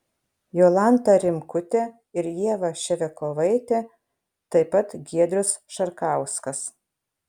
jolanta rimkutė ir ieva ševiakovaitė taip pat giedrius šarkauskas